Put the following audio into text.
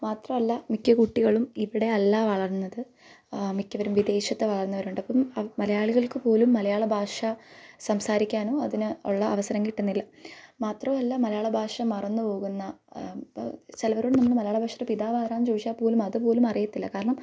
മാത്രമല്ല മിക്ക കുട്ടികളും ഇവിടെ അല്ല വളർന്നത് മിക്കവരും വിദേശത്ത് വളർന്നവരോണ്ട് അപ്പം മലയാളികൾക്ക് പോലും മലയാള ഭാഷ സംസാരിക്കാനും അതിന് ഉള്ള അവസരം കിട്ടുന്നില്ല മാത്രമല്ല മലയാള ഭാഷ മറന്നു പോകുന്ന ചിലരോട് നമ്മൾ മലയാള ഭാഷയുടെ പിതാവ് ആരാണെന്ന് ചോദിച്ചാൽ പോലും അതുപോലും അറിയത്തില്ല കാരണം